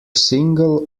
single